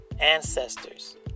ancestors